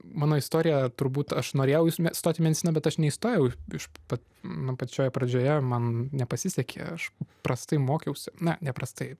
mano istorija turbūt aš norėjau stoti į mediciną bet aš neįstojau iš pat man pačioj pradžioje man nepasisekė aš prastai mokiausi na neprastai